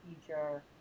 future